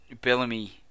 Bellamy